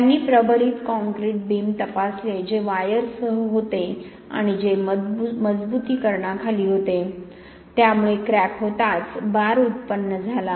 त्यांनी प्रबलित concrete beam तपासले जे वायरसह होते आणि ते मजबुतीकरणाखाली होते त्यामुळे क्रॅक होताच बार उत्पन्न झाला